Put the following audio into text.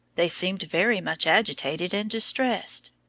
they seemed very much agitated and distressed.